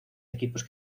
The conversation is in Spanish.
equipos